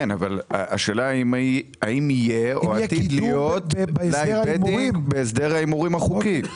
השאלה האם יהיה או עתיד להיות בהסדר ההימורים החוקי.